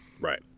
Right